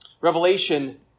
Revelation